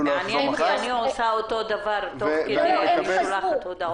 אני עושה אותו דבר, אני שולחת הודעות.